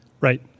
Right